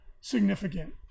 significant